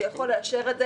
והוא יכול לאשר את זה